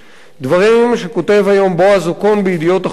דברים שכותב היום בועז אוקון ב"ידיעות אחרונות",